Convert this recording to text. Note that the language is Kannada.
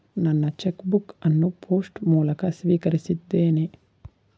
ನನ್ನ ಚೆಕ್ ಬುಕ್ ಅನ್ನು ಪೋಸ್ಟ್ ಮೂಲಕ ಸ್ವೀಕರಿಸಿದ್ದೇನೆ